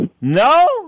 No